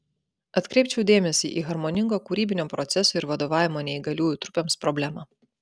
atkreipčiau dėmesį į harmoningo kūrybinio proceso ir vadovavimo neįgaliųjų trupėms problemą